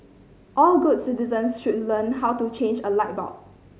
all good citizens should learn how to change a light bulb